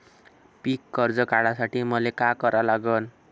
पिक कर्ज काढासाठी मले का करा लागन?